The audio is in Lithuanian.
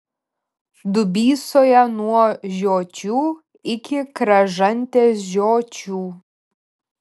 dubysoje nuo žiočių iki kražantės žiočių